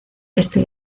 este